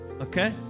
Okay